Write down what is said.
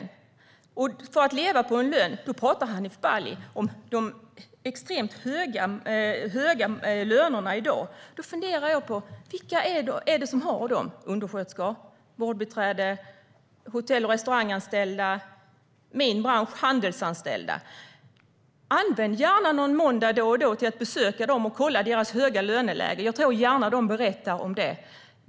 När det gäller att leva på sin lön talar Hanif Bali om de extremt höga lönerna i dag, och då funderar jag på vilka det är som har dem. Är det undersköterskor, vårdbiträden, hotell och restauranganställda eller anställda inom min bransch, alltså handelsanställda? Använd gärna någon måndag då och då till att besöka dem och kolla deras höga löneläge! Jag tror att de gärna berättar om det.